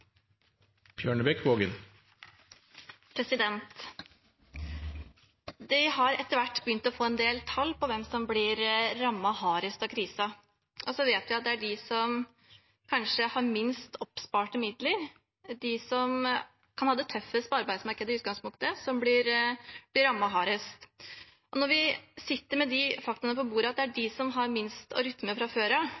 blir replikkordskifte. Vi har etter vært begynt å få en del tall på hvem som blir rammet hardest av krisen, og vi vet at det er de som har minst oppsparte midler, de som kan ha det tøffest på arbeidsmarkedet i utgangspunktet, som blir rammet hardest. Når vi sitter med fakta på bordet, at det er de